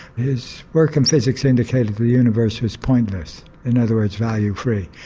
his work in physics indicated the universe was pointless in other words value-free.